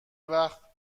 وقت